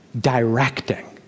directing